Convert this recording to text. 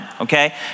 okay